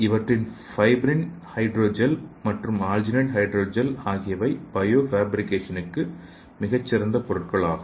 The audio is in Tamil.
இவற்றில் ஃபைப்ரின் ஹைட்ரோ ஜெல் மற்றும் ஆல்ஜினேட் ஹைட்ரோ ஜெல் ஆகியவை பயோ ஃபேப்ரிகேஷனுக்கு மிகச் சிறந்த பொருட்கள் ஆகும்